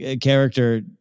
character